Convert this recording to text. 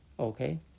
Okay